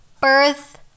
Birth